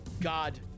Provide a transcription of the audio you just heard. God